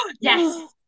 Yes